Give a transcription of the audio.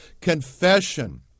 Confession